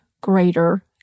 greater